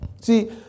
See